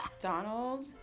Donald